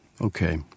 Okay